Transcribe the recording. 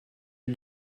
est